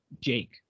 Jake